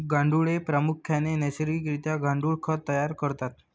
गांडुळे प्रामुख्याने नैसर्गिक रित्या गांडुळ खत तयार करतात